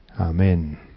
Amen